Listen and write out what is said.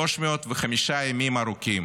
305 ימים ארוכים.